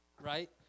Right